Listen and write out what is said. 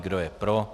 Kdo je pro.